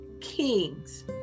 kings